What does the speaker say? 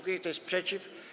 Kto jest przeciw?